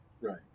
Right